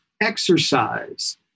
exercise